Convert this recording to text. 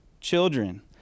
children